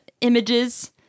images